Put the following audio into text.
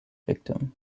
victim